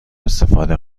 استفاده